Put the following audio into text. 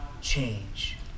change